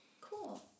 Cool